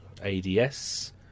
ADS